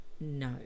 no